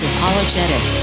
Apologetic